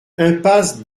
impasse